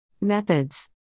Methods